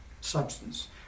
substance